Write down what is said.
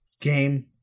game